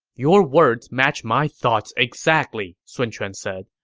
your words match my thoughts exactly, sun quan said.